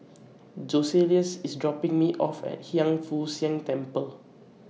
Joseluis IS dropping Me off At Hiang Foo Siang Temple